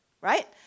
Right